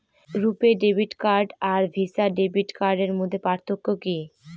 রূপে debit card আর Visa debit কার্ডের মধ্যে পার্থক্য কি?